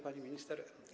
Pani Minister!